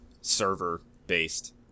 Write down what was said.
server-based